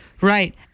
right